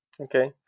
Okay